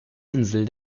insel